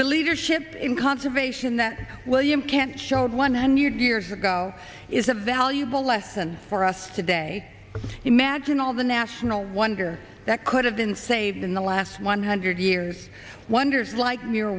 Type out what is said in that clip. leadership in conservation that william can't shoulder one hundred years ago is a valuable lesson for us today imagine all the national wonder that could have been saved in the last one hundred years wonders like